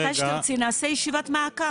מתי שתרצי נעשה ישיבת מעקב.